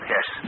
Yes